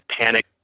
Panic